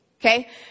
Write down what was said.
okay